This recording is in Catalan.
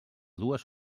dues